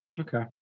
Okay